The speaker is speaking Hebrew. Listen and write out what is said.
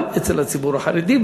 גם אצל הציבור החרדי,